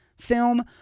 film